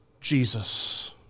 Jesus